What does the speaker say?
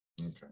Okay